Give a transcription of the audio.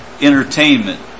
entertainment